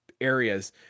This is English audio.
areas